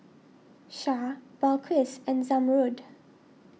Shah Balqis and Zamrud